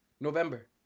November